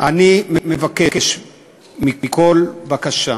אני מבקש בכל בקשה